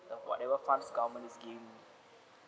uh whatever funds government is giving